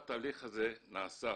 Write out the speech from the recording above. הזה,